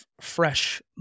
fresh